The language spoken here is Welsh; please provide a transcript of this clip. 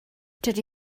dydy